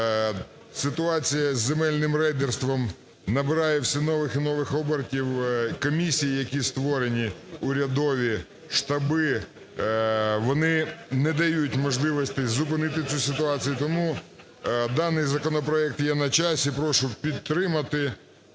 ситуація з земельним рейдерством набирає все нових і нових обертів. Комісії, які створені урядові, штаби, вони не дають можливості зупинити цю ситуацію, тому даний законопроект є на часі. Прошу підтримати